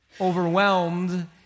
overwhelmed